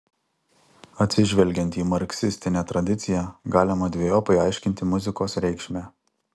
atsižvelgiant į marksistinę tradiciją galima dvejopai aiškinti muzikos reikšmę